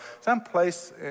someplace